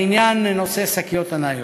על נושא שקיות הניילון.